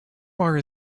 bar